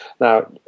Now